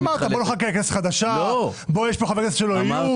אמרת: נחכה לכנסת חדשה כי יש פה חברי כנסת שלא יהיו בה.